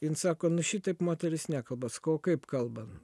jin sako nu šitaip moteris nekalba sakau o kaip kalba